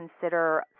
consider